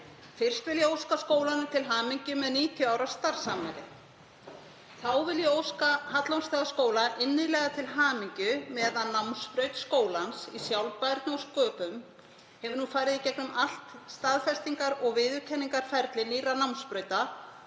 Fyrst vil ég óska skólanum til hamingju með 90 ára starfsafmæli. Þá vil ég óska Hallormsstaðaskóla innilega til hamingju með að námsbraut skólans í sjálfbærni og sköpun hefur farið í gegnum allt staðfestingar- og viðurkenningarferli nýrra námsbrauta